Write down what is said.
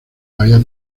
había